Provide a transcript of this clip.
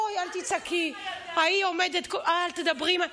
אוי, "אל תצעקי" אל תדברי עם הידיים.